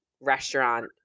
restaurant